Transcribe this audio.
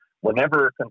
Whenever